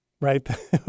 right